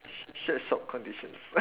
sweatshop conditions